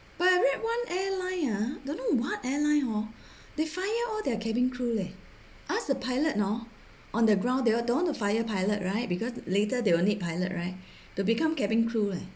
but I read one airline ah don't know what airline hor they fire all their cabin crew leh ask the pilot hor on the ground they don't want to fire pilot right because later they will need pilot right to become cabin crew leh